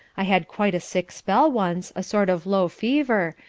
i had quite a sick spell once, a sort of low fever,